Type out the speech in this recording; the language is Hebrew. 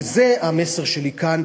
וזה המסר שלי כאן,